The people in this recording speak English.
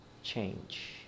Change